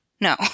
No